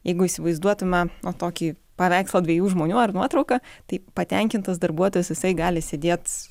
jeigu įsivaizduotume na tokį paveikslą dviejų žmonių ar nuotrauką tai patenkintas darbuotojas jisai gali sėdėt